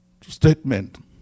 statement